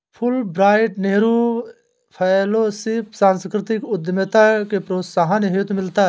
Fulbright Nehru fellowship सांस्कृतिक उद्यमिता के प्रोत्साहन हेतु मिलता है